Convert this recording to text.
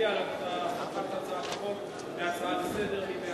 נצביע על הפיכת הצעת החוק להצעה לסדר-היום.